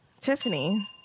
Tiffany